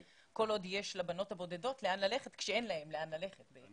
אבל כל עוד יש לבנות הבודדות לאן ללכת כשאין להן לאן ללכת בעצם.